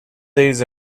days